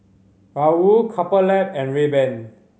Raoul Couple Lab and Rayban